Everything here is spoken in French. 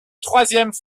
troisième